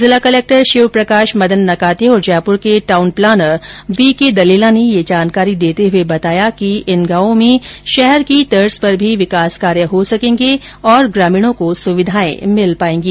जिला कलेक्टर शिव प्रकाश मदन नकाते और जयपुर के town planner V K Dalela ने ये जानकारी देते हुए बताया कि इन गांवों में शहर की तर्ज पर भी विकास कार्य हो सकेंगे और ग्रामीणों को सुविधाएं मिल पाएंगी